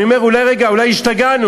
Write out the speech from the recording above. אני אומר: רגע, אולי השתגענו.